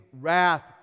wrath